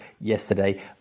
yesterday